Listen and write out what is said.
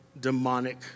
demonic